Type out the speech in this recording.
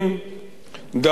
דרוש מענה,